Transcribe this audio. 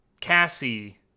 Cassie